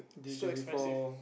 so expensive